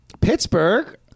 Pittsburgh